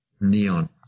Neon